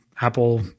Apple